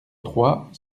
trois